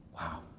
Wow